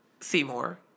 Seymour